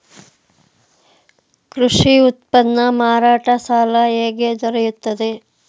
ಕೃಷಿ ಉತ್ಪನ್ನ ಮಾರಾಟ ಸಾಲ ಹೇಗೆ ದೊರೆಯುತ್ತದೆ?